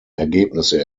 ergebnisse